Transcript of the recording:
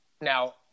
Now –